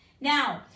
Now